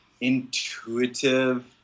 intuitive